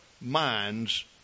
minds